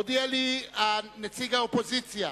הודיע לי נציג האופוזיציה